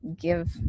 give